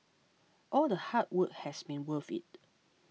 all the hard work has been worth it